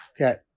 Okay